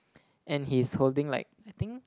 and he's holding like I think